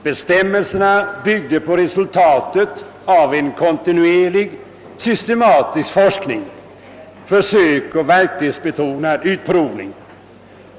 Bestämmelserna byggde på resultatet av en kontinuerlig systematisk forskning, på försök och på verklighetsbetonad utprovning.